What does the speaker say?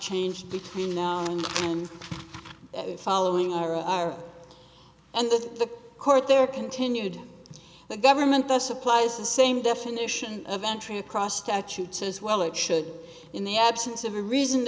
changed between now and following ira and that the court there continued the government that supplies the same definition of entry across statute says well it should in the absence of a reason